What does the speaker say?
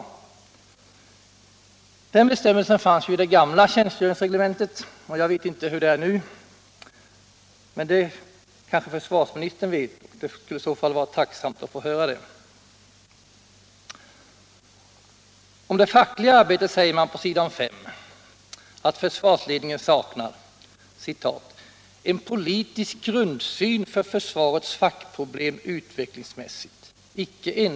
Den bestämmelsen fanns i det gamla tjänstgöringsreglementet. Jag vet inte hur det är nu, men det kanske försvarsministern vet. Jag skulle i så fall vara tacksam att få höra hur det ligger till. Om det fackliga arbetet sägs på s. 5 i rapporten att försvarsledningen saknar ”en politisk grundsyn för försvarets fackproblem utvecklingsmässigt ”.